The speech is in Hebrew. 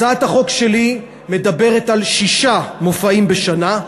הצעת החוק שלי מדברת על שישה מופעים בשנה,